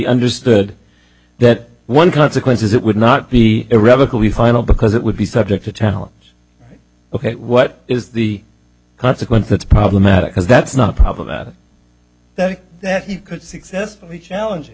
understood that one consequence is it would not be irrevocably final because it would be subject to talons ok what is the consequence that's problematic because that's not problematic that you could successfully challenge